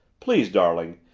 please, darling,